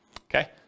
okay